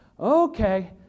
okay